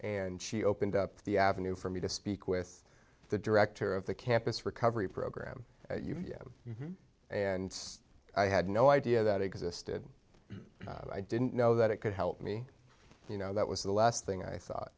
and she opened up the avenue for me to speak with the director of the campus recovery program yet and i had no idea that existed i didn't know that it could help me you know that was the last thing i thought